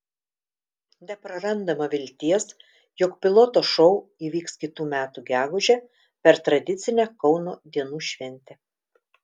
neprarandama vilties jog piloto šou įvyks kitų metų gegužę per tradicinę kauno dienų šventę